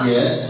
Yes